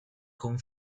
con